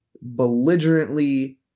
belligerently